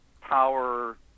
power